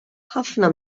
ħafna